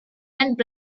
and